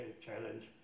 challenge